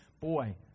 boy